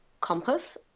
compass